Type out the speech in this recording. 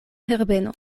herbeno